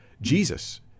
Jesus